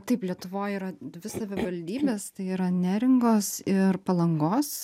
taip lietuvoj yra dvi savivaldybės tai yra neringos ir palangos